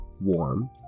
warm